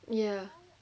ya